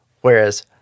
Whereas